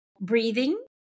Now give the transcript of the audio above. breathing